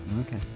okay